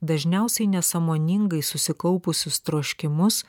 dažniausiai nesąmoningai susikaupusius troškimus